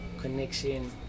Connection